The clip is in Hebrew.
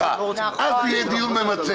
עדיף שיהיה דיון ממצא.